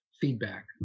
feedback